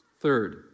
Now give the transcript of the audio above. Third